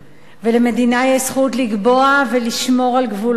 ושלמדינה יש זכות לקבוע ולשמור על גבולותיה,